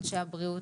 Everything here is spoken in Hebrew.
אנשי הבריאות,